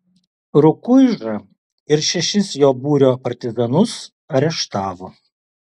rukuižą ir šešis jo būrio partizanus areštavo